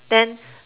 then